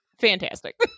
fantastic